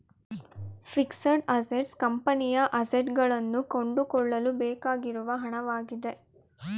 fixed assets ಕಂಪನಿಯ assets ಗಳನ್ನು ಕೊಂಡುಕೊಳ್ಳಲು ಬೇಕಾಗಿರುವ ಹಣವಾಗಿದೆ